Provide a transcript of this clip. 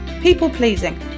people-pleasing